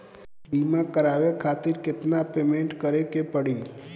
बीमा करावे खातिर केतना पेमेंट करे के पड़ी?